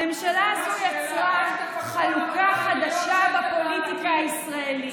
הממשלה הזאת יצרה חלוקה חדשה בפוליטיקה הישראלית.